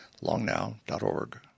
longnow.org